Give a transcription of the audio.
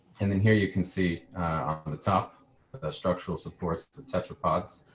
and then here you can see on the top of the structural support the tetrapods,